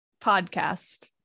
podcast